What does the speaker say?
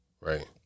Right